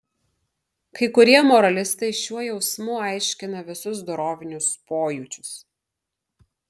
kai kurie moralistai šiuo jausmu aiškina visus dorovinius pojūčius